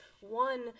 one